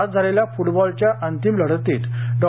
आज झालेल्या फुटबॉलच्या अंतिम लढतीत डॉ